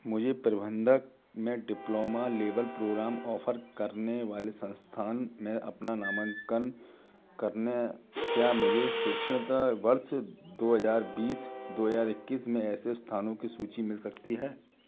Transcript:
मुझे प्रबंधक में डिप्लोमा लेवल प्रोग्राम ऑफ़र करने वाले संस्थान में अपना नामांकन करने क्या मुझे शैक्षणिक वर्ष दो हज़ार बीस दो हज़ार इक्कीस में ऐसे स्थानों की सूची मिल सकती है